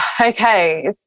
Okay